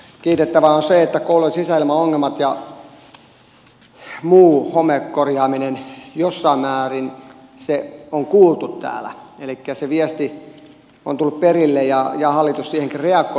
kiitettävää on se että koulujen sisäilmaongelmat ja muu homekorjaaminen jossain määrin on kuultu elikkä se viesti on tullut perille ja hallitus siihenkin reagoi